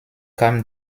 kam